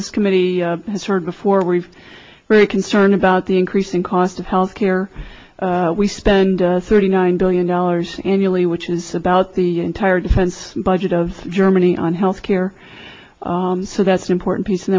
this committee has heard before we've really concern about the increasing cost of health care we spend thirty nine billion dollars annually which is about the entire defense budget of germany on health care so that's important piece and